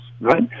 right